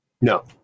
No